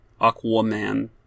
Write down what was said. Aquaman